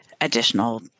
additional